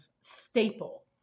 staple